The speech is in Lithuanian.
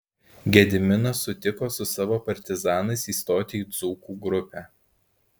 gediminas sutiko su savo partizanais įstoti į dzūkų grupę